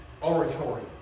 oratory